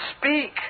speak